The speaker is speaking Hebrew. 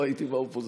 לא הייתי באופוזיציה.